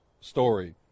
story